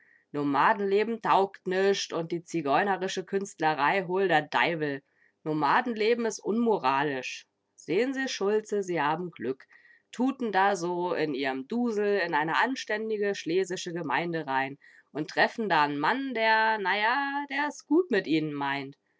nomadenleben taugt nischt und die zigeunerische künstlerei hol der deiwel nomadenleben is unmoralisch sehn sie schulze sie haben glück tuten da so in ihrem dusel in eine anständige schlesische gemeinde rein und treffen da n mann der na ja der's gut mit ihn'n meint